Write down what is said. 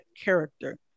character